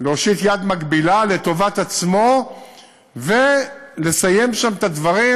להושיט יד מקבילה לטובת עצמו ולסיים שם את הדברים,